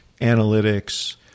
analytics